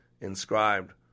inscribed